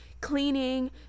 cleaning